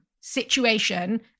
situation